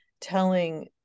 telling